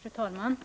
Fru talman!